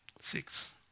Six